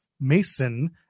Mason